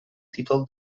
títol